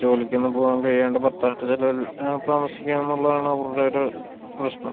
ജോലിക്കൊന്നും പോകാൻ കഴിയാണ്ട് ഭർത്താവിൻ്റെ ചെലവിൽ താമസിക്കാന്നൊള്ളതാണ് അവരുടെ ഒരു പ്രശ്നം